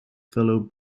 fellow